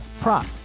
prop